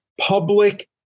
public